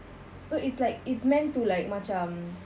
so it's like it's meant to like macam